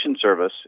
Service